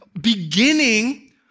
beginning